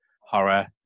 horror